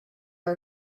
are